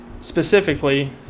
specifically